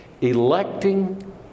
electing